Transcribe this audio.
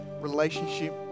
relationship